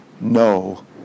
no